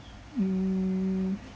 mm